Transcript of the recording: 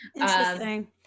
Interesting